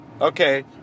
okay